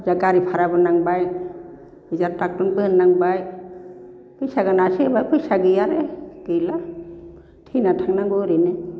दा गारिभाराबो नांबाय ओजों आर ड'क्टरनोबो होनांबाय फैसागोनांआसो होबाय फैसा गैयिया आरो गैला थैना थांनांगौ ओरैनो